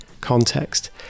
context